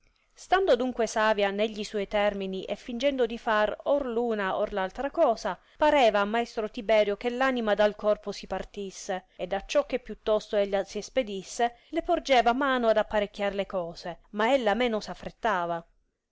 stando adunque savia ne gli suoi termini e fingendo di far or l'una or l'altra cosa pareva a maestro tiberio che l'anima dal corpo si partisse ed acciò che più tosto ella si espedisse le porgeva mano ad apparecchiar le cose ma ella meno s affrettava